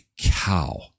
cow